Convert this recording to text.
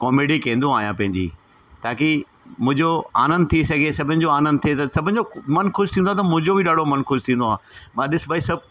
comedy कंदो आहियां पंहिंजी ताकी मुंहिंजो आनंद थी सघे सभिनि जो आनंद थिए त सभिनि जो मनु ख़ुशि थींदो आहे त मुंहिंजो बि ॾाढो मनु ख़ुशि थींदो आहे मां ॾिस भई सभु